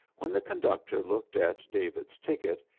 when the conductor looked at david's ticket,